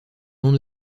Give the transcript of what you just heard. non